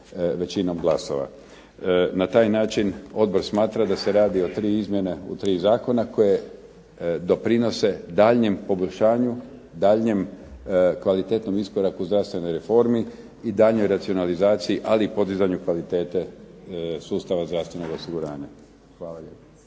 većinom glasova. Na taj način odbor smatra da se radi o tri izmjene, u tri zakona, koje doprinose daljnjem poboljšanju, daljnjem kvalitetnom iskoraku u zdravstvenoj reformi i daljnjoj racionalizaciji ali i podizanju kvalitete sustava zdravstvenog osiguranja. Hvala lijepa.